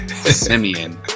Simeon